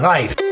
Life